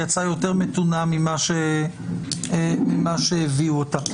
יצאה יותר מתונה ממה שהביאו אותה.